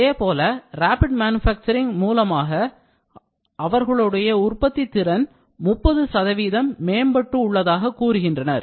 அதேபோல rapid manufacturing மூலமாக அவர்களுடைய உற்பத்தித் திறன் 30 மேம்பட்டு உள்ளதாக கூறுகின்றனர்